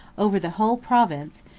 over the whole province,